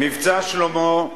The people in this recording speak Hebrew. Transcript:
"מבצע שלמה"